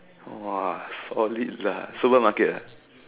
!woah! solid lah supermarket